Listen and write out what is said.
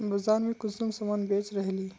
बाजार में कुंसम सामान बेच रहली?